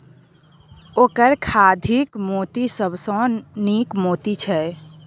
ओकर खाधिक मोती सबसँ नीक मोती छै